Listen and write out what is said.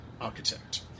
architect